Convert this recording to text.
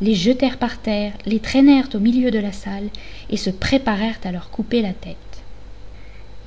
les jetèrent par terre les traînèrent au milieu de la salle et se préparèrent à leur couper la tête